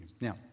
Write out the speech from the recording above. Now